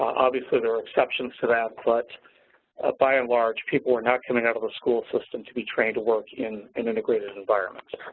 obviously, there are exceptions to that, but ah by and large, people were not coming out of the school system to be trained to work in in integrated environment.